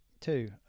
Two